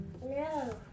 No